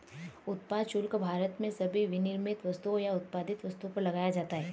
उत्पाद शुल्क भारत में सभी विनिर्मित वस्तुओं या उत्पादित वस्तुओं पर लगाया जाता है